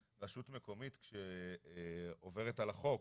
רשות מקומית כשהיא עוברת על החוק,